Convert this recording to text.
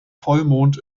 vollmond